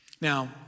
Now